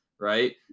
right